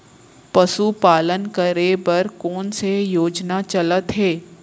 पशुपालन करे बर कोन से योजना चलत हे?